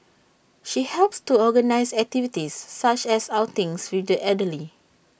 she helps to organise activities such as outings with the elderly